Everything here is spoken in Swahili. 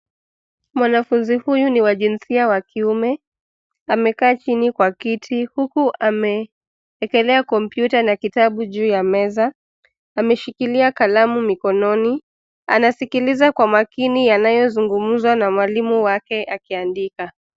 Mwanafunzi huyu ni wa jinsia wa kiume, amekaa chini kwa kiti huku ameekelea kompyuta na kitabu juu ya meza. Ameshikilia kalamu mikononi. Anasikiliza kwa makini yanayozungumza na mwalimu wake akiandika.